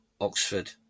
Oxford